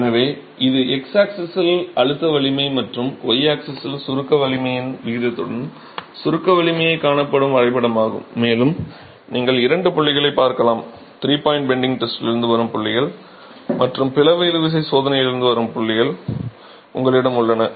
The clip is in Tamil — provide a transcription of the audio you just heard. எனவே இது x ஆக்ஸிசில் அழுத்த வலிமை மற்றும் y ஆக்ஸிசிலில் உள்ள சுருக்க வலிமையின் விகிதத்துடன் சுருக்க வலிமையைக் காணும் வரைபடமாகும் மேலும் நீங்கள் இரண்டு புள்ளிகளைப் பார்க்கலாம் த்ரீ பாய்ன்ட் பெண்டிங்க் டெஸ்டிலிருந்து வரும் புள்ளிகள் மற்றும் பிளவு இழுவிசை சோதனையிலிருந்து வரும் புள்ளிகள் உங்களிடம் உள்ளன